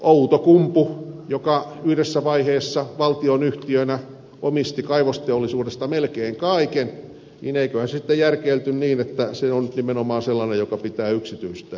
outokumpu yhdessä vaiheessa valtionyhtiönä omisti kaivosteollisuudesta melkein kaiken mutta eiköhän sitten järkeilty niin että se on nimenomaan sellainen joka pitää yksityistää